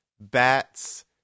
bats